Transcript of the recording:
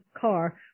car